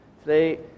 today